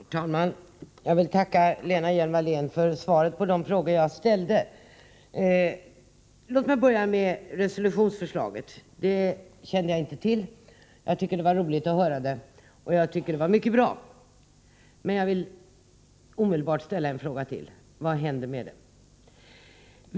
Herr talman! Jag vill tacka Lena Hjelm-Wallén för svaren på de frågor jag ställde. Låt mig börja med resolutionsförslaget. Detta kände jag inte till. Jag tycker att det var roligt att få höra det, och jag tycker att det var mycket bra. Men jag vill omedelbart ställa ytterligare en fråga: Vad händer med det?